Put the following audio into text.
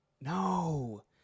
No